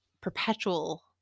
perpetual